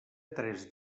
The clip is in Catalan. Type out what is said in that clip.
tres